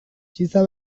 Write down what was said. txiza